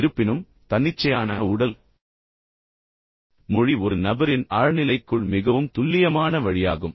இருப்பினும் தன்னிச்சையான உடல் மொழி ஒரு நபரின் ஆழ்நிலைக்குள் மிகவும் துல்லியமான வழியாகும்